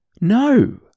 no